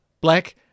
black